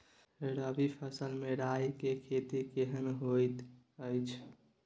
रबी फसल मे राई के खेती केहन होयत अछि?